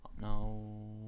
No